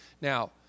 Now